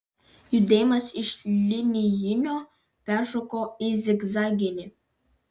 judėjimas iš linijinio peršoko į zigzaginį